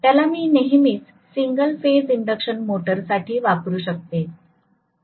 त्याला मी नेहमीच सिंगल फेज इंडक्शन मोटरसाठी वापरू शकतो